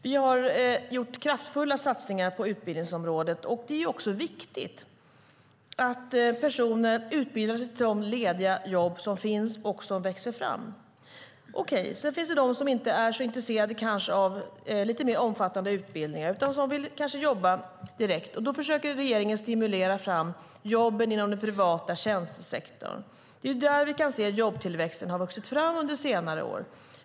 Vi har gjort kraftfulla satsningar på utbildningsområdet. Det är också viktigt att personer utbildar sig till de lediga jobb som finns och som växer fram. Sedan finns det människor som kanske inte är så intresserade av lite mer omfattande utbildningar utan vill jobba direkt. Då försöker regeringen stimulera fram jobb inom den privata tjänstesektorn. Det är där vi kan se att jobben har vuxit fram under senare år.